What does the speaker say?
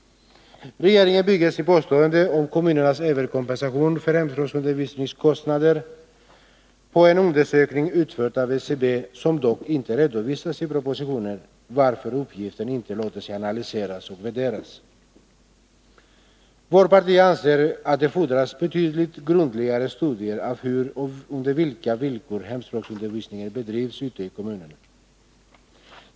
Regeringen bygger sitt påstående om kommunernas överkompensation för hemspråksundervisningskostnader på en undersökning utförd av SCB som dock inte redovisas i propositionen, varför uppgiften inte låter sig analyseras och värderas. Vårt parti anser att det fordras betydligt grundligare studier av hur och under vilka villkor hemspråksundervisningen bedrivs ute i 67 kommunerna.